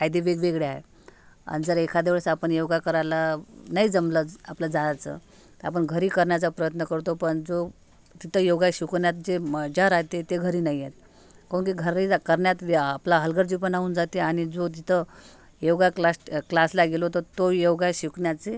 फायदे वेगवेगळे आहे आणि जर एखाद्या वेळेस आपण योगा करायला नाही जमलंच आपलं जायचं तर आपण घरी करण्याचा प्रयत्न करतो पण जो तिथं योगा शिकवण्यात जी मजा राहते ती घरी नाही येत काहून घरी करण्यात आपला हलगर्जीपणा होऊन जाते आणि जो तिथं योगा क्लास क्लासला गेलो त तो योगा शिकण्याचे